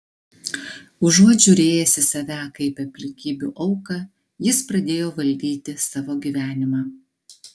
užuot žiūrėjęs į save kaip į aplinkybių auką jis pradėjo valdyti savo gyvenimą